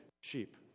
sheep